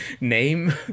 name